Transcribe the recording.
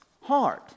hard